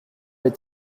est